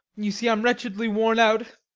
you see, i'm wretchedly worn out.